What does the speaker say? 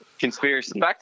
Conspiracy